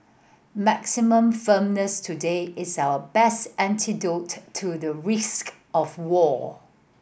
maximum firmness today is our best antidote to the risk of war